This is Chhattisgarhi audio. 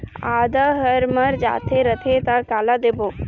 आदा हर मर जाथे रथे त काला देबो?